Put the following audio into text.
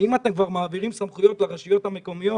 אם אתם כבר מעבירים סמכויות לרשויות המקומיות